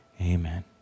Amen